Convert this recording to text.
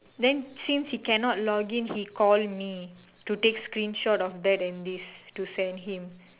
then since he cannot login he call me to take screenshot of that and this to send him